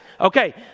Okay